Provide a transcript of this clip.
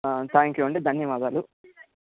thank you అండి ధన్యావాదాలు